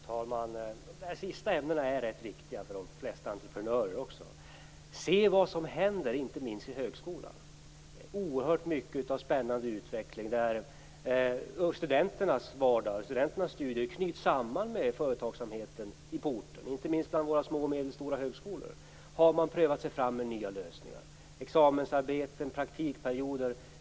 Fru talman! De sistnämnda ämnena är rätt viktiga också för de flesta entreprenörer. Se vad som händer, inte minst vid högskolan! Det finns oerhört mycket av spännande utveckling där studenternas vardag knyts samman med företagssamheten på orten. Inte minst bland de små och medelstora högskolorna har man prövat sig fram med nya lösningar genom examensarbeten och praktikperioder.